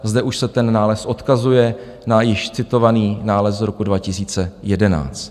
Zde už se ten nález odkazuje na již citovaný nález z roku 2011.